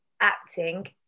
acting